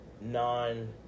non